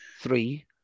three